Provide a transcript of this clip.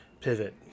pivot